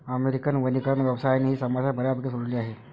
American वनीकरण व्यवसायाने ही समस्या बऱ्यापैकी सोडवली आहे